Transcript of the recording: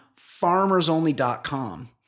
farmersonly.com